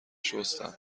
شستم